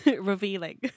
revealing